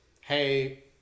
hey